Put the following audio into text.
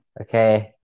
Okay